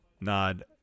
nod